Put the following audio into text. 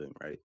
right